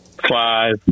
five